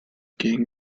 gang